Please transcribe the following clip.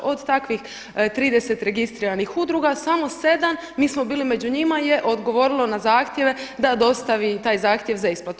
Od takvih 33 registriranih udruga samo 7 a mi smo bili među njima je odgovorilo na zahtjeve da dostavi i taj zahtjev za isplatu.